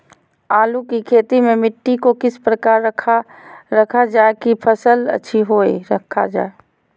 आलू की खेती में मिट्टी को किस प्रकार रखा रखा जाए की फसल अच्छी होई रखा जाए?